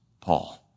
Paul